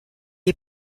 est